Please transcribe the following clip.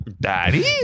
Daddy